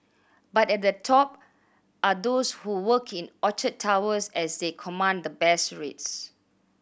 but at the top are those who work in Orchard Towers as they command the best rates